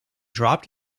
dropped